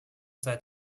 seit